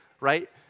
right